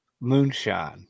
moonshine